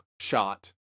shot